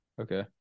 Okay